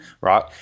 right